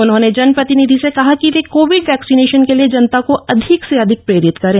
उन्होंने जनप्रतिनिधि से कहा कि वे कोविड वैक्सीनेशन के लिए जनता को अधिक से अधिक प्रेरित करें